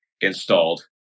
installed